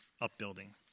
upbuilding